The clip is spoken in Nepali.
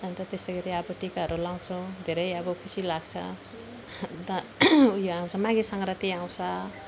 अन्त त्यसै गरी अब टिकाहरू लाउँछौँ धेरै अब खुसी लाग्छ अन्त ऊ यो आउँछ माघे सङ्क्रान्ति आउँछ